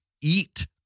eat